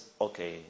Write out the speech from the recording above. Okay